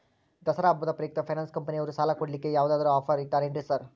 ದಸರಾ ಹಬ್ಬದ ಪ್ರಯುಕ್ತ ಫೈನಾನ್ಸ್ ಕಂಪನಿಯವ್ರು ಸಾಲ ಕೊಡ್ಲಿಕ್ಕೆ ಯಾವದಾದ್ರು ಆಫರ್ ಇಟ್ಟಾರೆನ್ರಿ ಸಾರ್?